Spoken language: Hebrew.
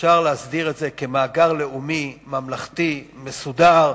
שאפשר להסדיר את זה כמאגר לאומי, ממלכתי, מסודר,